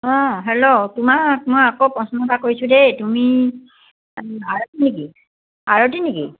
অঁ হেল্ল' তোমাক মই আকৌ প্ৰশ্ন এটা কৰিছোঁ দেই তুমি আৰতি নেকি আৰতি নেকি